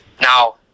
Now